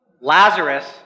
Lazarus